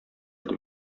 итеп